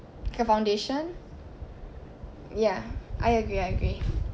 the foundation yeah I agree I agree